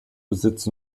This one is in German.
besitzt